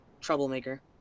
troublemaker